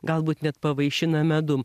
galbūt net pavaišina medum